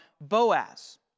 Boaz